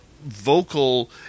vocal